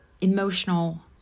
emotional